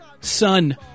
son